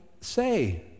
say